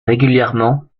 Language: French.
régulièrement